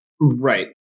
Right